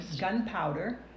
gunpowder